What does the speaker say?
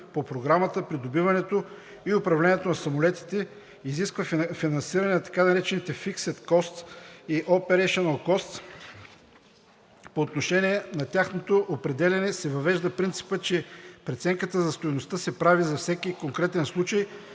по Програмата. Придобиването и управлението на самолетите изисква финансиране на така наречените Fixed costs и Operational costs. По отношение на тяхното определяне се въвежда принципът, че преценката за стойността се прави за всеки конкретен случай,